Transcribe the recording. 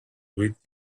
with